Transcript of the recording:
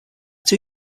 two